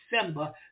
December